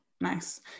Nice